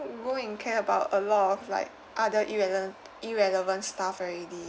go and care about a lot of like other irrelen~ irrelevant stuff already